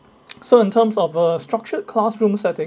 so in terms of a structured classroom setting